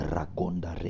Ragonda